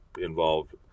involved